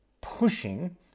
pushing